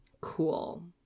Cool